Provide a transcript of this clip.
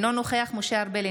אינו נוכח משה ארבל,